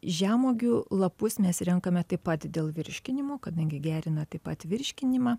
žemuogių lapus mes renkame taip pat dėl virškinimo kadangi gerina taip pat virškinimą